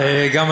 אדוני